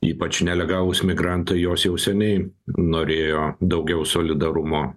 ypač nelegalūs migrantai jos jau seniai norėjo daugiau solidarumo